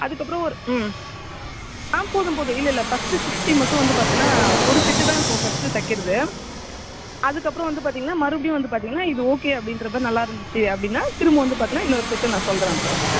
அதுக்கப்புறம் ஒரு ம் ஆ போதும் போதும் இல்லை இல்லை ஃபர்ஸ்ட்டு ஃபிஃப்டி மட்டும் வந்து பாத்தோன்னா ஒரு செட்டு தான் இப்போ ஃபர்ஸ்ட்டு தைக்கறது அதுக்கப்புறம் வந்து பார்த்தீங்கன்னா மறுபடியும் வந்து பார்த்தீங்கன்னா இது ஓகே அப்படின்றது நல்லா இருந்துச்சு அப்படின்னா திரும்ப வந்து பார்த்தோன்னா இன்னொரு செட்டு நான் சொல்கிறேன் அப்போது உங்கக்கிட்டே